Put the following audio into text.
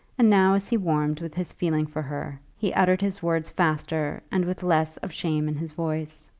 and now as he warmed with his feeling for her, he uttered his words faster and with less of shame in his voice.